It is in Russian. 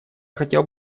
хотел